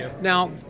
Now